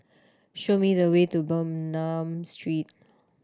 show me the way to Bernam Street